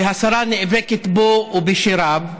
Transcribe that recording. שהשרה נאבקת בו ובשיריו,